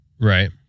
Right